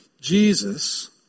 Jesus